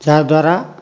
ଯାହା ଦ୍ୱାରା